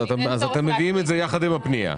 אז אתם מביאים את זה יחד עם הפנייה?